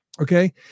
Okay